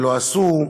ולא עשו,